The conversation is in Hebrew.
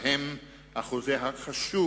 בהם החוזה החשוב